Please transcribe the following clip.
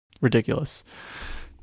Ridiculous